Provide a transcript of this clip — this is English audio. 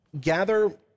gather